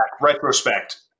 Retrospect